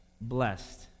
blessed